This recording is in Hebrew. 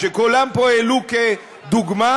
שכולם פה העלו כדוגמה,